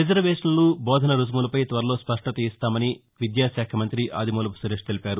రిజర్వేషన్లు బోధన రుసుములపై త్వరలో స్పష్టత ఇస్తామని విద్యాశాఖ మంత్రి ఆదిమూలపు సురేష్ తెలిపారు